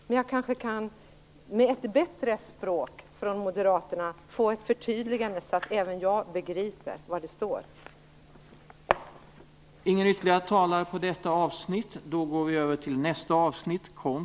Med ett bättre språk från moderaterna kan jag kanske få ett förtydligande, så att även jag begriper vad som står i reservationen.